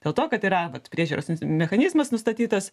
dėl to kad yra vat priežiūros ins mechanizmas nustatytas